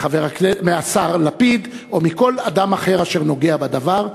מהשר לפיד ומכל אדם אחר אשר נוגע בדבר,